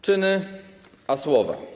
Czyny a słowa.